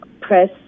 press